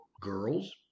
girls